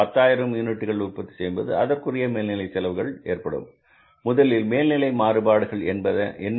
பத்தாயிரம் யூனிட்டுகள் உற்பத்தி செய்யும் போது அதற்குரிய மேல்நிலை செலவுகள் ஏற்படும் முதலில் மேல்நிலை மாறுபாடுகள் என்ன